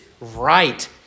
right